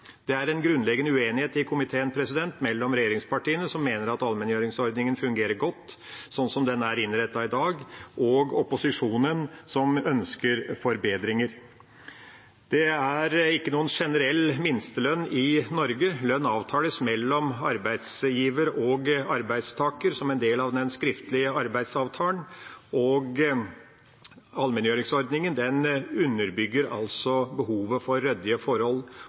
Det er en grunnleggende uenighet i komiteen mellom regjeringspartiene, som mener at allmenngjøringsordningen fungerer godt slik den er innrettet i dag, og opposisjonen, som ønsker forbedringer. Det er ingen generell minstelønn i Norge. Lønn avtales mellom arbeidsgiver og arbeidstaker som en del av den skriftlige arbeidsavtalen, og allmenngjøringsordningen underbygger behovet for ryddige forhold.